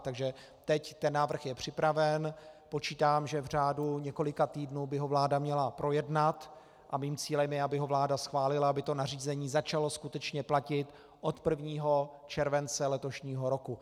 Takže teď ten návrh je připraven, počítám, že v řádu několika týdnu by ho vláda měla projednat, a mým cílem je, aby ho vláda schválila, aby to nařízení začalo skutečně platit od 1. července letošního roku.